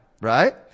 right